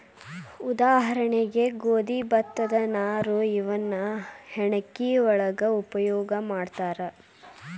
ಉದಾಹರಣೆಗೆ ಗೋದಿ ಭತ್ತದ ನಾರು ಇವನ್ನ ಹೆಣಕಿ ಒಳಗು ಉಪಯೋಗಾ ಮಾಡ್ತಾರ